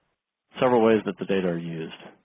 several ways that the data are used.